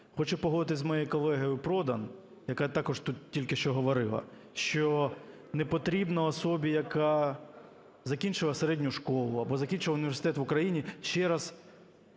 Хочу погодитись з моєю колегою Продан, яка також тут тільки що говорила, що не потрібно особі, яка закінчила середню школу або закінчила університет в Україні, ще раз